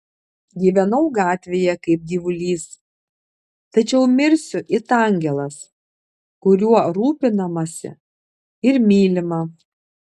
gyvenau gatvėje kaip gyvulys tačiau mirsiu it angelas kuriuo rūpinamasi ir mylima